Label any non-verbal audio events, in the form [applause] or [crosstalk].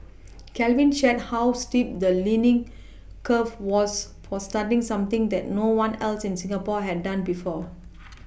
[noise] Calvin shared how steep the learning curve was for starting something that no one else in Singapore had done before [noise]